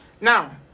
Now